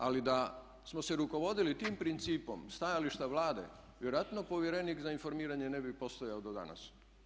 Ali da smo se rukovodili tim principom stajališta Vlade vjerojatno povjerenik za informiranje ne bi postojao do danas.